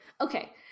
okay